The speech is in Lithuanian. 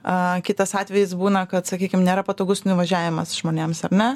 a kitas atvejis būna kad sakykim nėra patogus nu įvažiavimas žmonėms ar ne